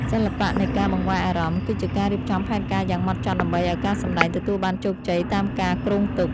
សិល្បៈនៃការបង្វែរអារម្មណ៍គឺជាការរៀបចំផែនការយ៉ាងហ្មត់ចត់ដើម្បីឱ្យការសម្តែងទទួលបានជោគជ័យតាមការគ្រោងទុក។